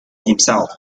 himself